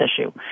issue